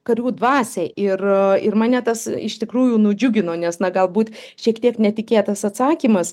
karių dvasią ir ir mane tas iš tikrųjų nudžiugino nes na galbūt šiek tiek netikėtas atsakymas